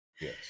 yes